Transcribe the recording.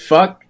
Fuck